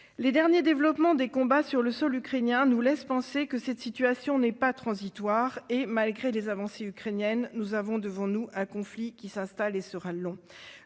Les derniers développements des combats sur le sol ukrainien nous laissent penser que cette situation n'est pas transitoire et, malgré les avancées ukrainiennes, nous avons devant nous un conflit qui s'installe et qui sera long.